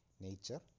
nature